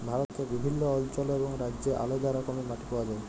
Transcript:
ভারতে বিভিল্ল্য অল্চলে এবং রাজ্যে আলেদা রকমের মাটি পাউয়া যায়